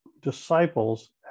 disciples